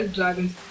Dragons